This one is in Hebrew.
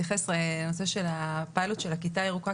הנושא של הפיילוט של הכיתה הירוקה,